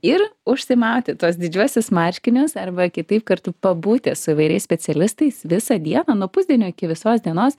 ir užsimauti tuos didžiuosius marškinius arba kitaip kartu pabūti su įvairiais specialistais visą dieną nuo pusdienio iki visos dienos